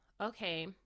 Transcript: okay